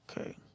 Okay